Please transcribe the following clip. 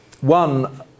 One